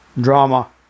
drama